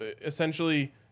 essentially